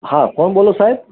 હા કોણ બોલો સાહેબ